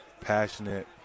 passionate